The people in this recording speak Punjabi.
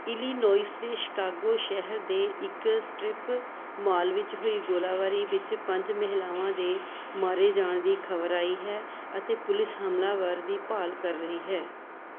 ਇਲੀਲੋਇਸ ਦੇ ਸ਼ਿਕਾਗੋ ਸ਼ਹਿਰ ਦੇ ਇੱਕ ਸਟਰਿੱਪ ਮਾਲ ਵਿੱਚ ਹੋਈ ਗੋਲਾਬਾਰੀ ਵਿੱਚ ਪੰਜ ਮਹਿਲਾਵਾਂ ਦੇ ਮਾਰੇ ਜਾਣ ਦੀ ਖ਼ਬਰ ਆਈ ਹੈ ਅਤੇ ਪੁਲਿਸ ਹਮਲਾਵਰ ਦੀ ਭਾਲ ਕਰ ਰਹੀ ਹੈ